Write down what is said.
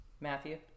Matthew